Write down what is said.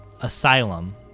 asylum